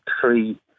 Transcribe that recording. three